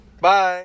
bye